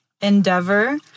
endeavor